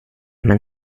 man